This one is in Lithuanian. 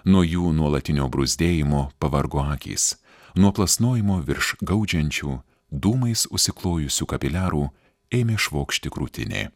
nuo jų nuolatinio bruzdėjimo pavargo akys nuo plasnojimo virš gaudžiančių dūmais užsiklojusių kapiliarų ėmė švokšti krūtinė